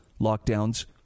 lockdowns